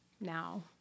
now